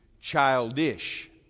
childish